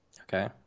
Okay